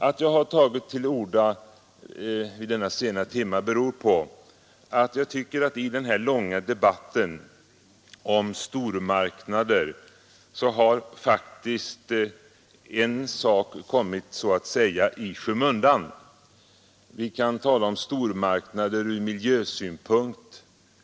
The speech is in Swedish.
Att jag har tagit till orda vid denna sena timme beror på att jag tycker att i den här långa debatten om stormarknader har faktiskt en sak kommit så att säga i skymundan. Vi kan tala om stormarknader ur miljösynpunkt.